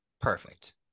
Perfect